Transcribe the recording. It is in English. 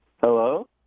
Hello